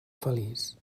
feliç